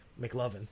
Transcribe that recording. McLovin